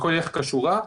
כשורה,